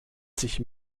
sich